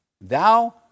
thou